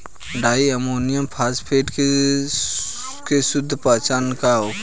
डाई ammonium phosphate के शुद्ध पहचान का होखे?